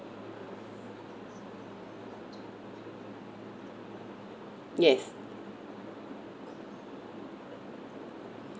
yes